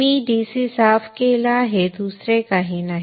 मी DC साफ केला आहे दुसरे काही नाही